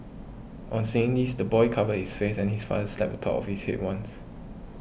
on seeing this the boy covered his face and his father slapped the top of his head once